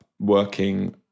working